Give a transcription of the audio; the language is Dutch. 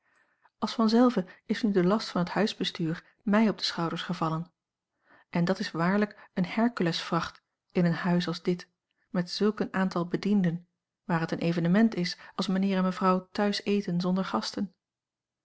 als vanzelve is nu de last van het huisbestuur mij op de schouders gevallen en dat is waarlijk een hercules vracht in een huis als dit met zulk een aantal bedienden waar het een evenement is als mijnheer en mevrouw thuis eten zonder gasten